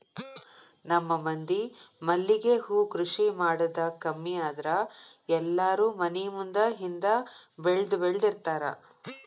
ನಮ್ಮ ಮಂದಿ ಮಲ್ಲಿಗೆ ಹೂ ಕೃಷಿ ಮಾಡುದ ಕಮ್ಮಿ ಆದ್ರ ಎಲ್ಲಾರೂ ಮನಿ ಮುಂದ ಹಿಂದ ಬೆಳ್ದಬೆಳ್ದಿರ್ತಾರ